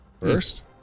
First